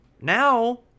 now